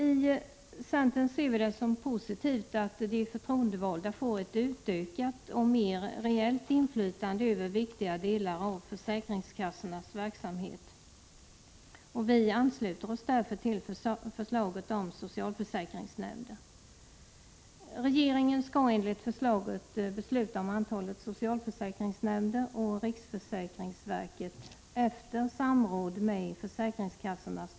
I centern ser vi det som positivt att de förtroendevalda får ett utökat och mer reellt inflytande över viktiga delar av försäkringskassornas verksamhet, Prot. 1985/86:100 och vi ansluter oss därför till förslaget om socialförsäkringsnämnder. 19 mars 1986 Regeringen skall enligt förslaget besluta om antalet socialförsäkrings ä Le RR Ökat förtroendenämnder, och riksförsäkringsverket skall — efter samråd med försäkringskas Okatge j LE z - z .